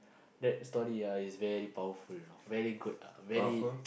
that story ah is very powerful you know very good ah very